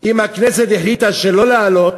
אם הכנסת החליטה שלא להעלות,